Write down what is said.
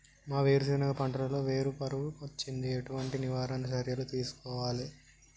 మా వేరుశెనగ పంటలలో వేరు పురుగు వచ్చింది? ఎటువంటి నివారణ చర్యలు తీసుకోవాలే?